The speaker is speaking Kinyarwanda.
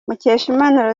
mukeshimana